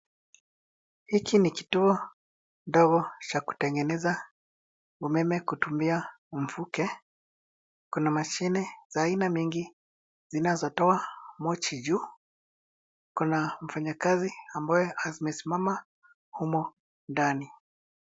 Hiki ni kituo ndogo cha kutengeneza umeme kutumia mvuke, kuna mashine mingi za aina mingi zinazotoa moshi juu. Kuna mfanyakazi ambaye amesimama humo ndani.